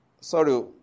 sorry